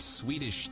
Swedish